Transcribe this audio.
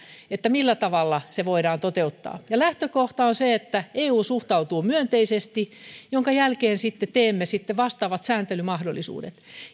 millä tavalla se voidaan toteuttaa ja lähtökohta on se että eu suhtautuu myönteisesti minkä jälkeen sitten teemme vastaavat sääntelymahdollisuudet